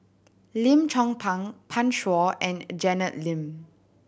Lim Chong Pang Pan Shou and Janet Lim